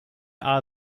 are